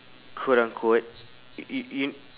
quote unquote y~ y~ you